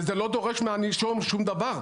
וזה לא דורש מהנישום שום דבר,